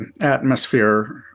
atmosphere